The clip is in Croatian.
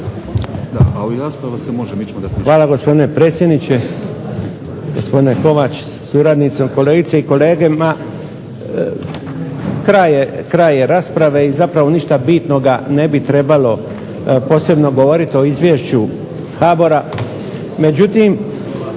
Hvala gospodine predsjedniče, gospodine Kovačev sa suradnicom, kolegice i kolege. Ma kraj je rasprave i zapravo ništa bitnoga ne bi trebalo posebno govoriti o Izvješću HBOR-a,